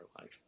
life